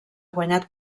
guanyat